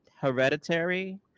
hereditary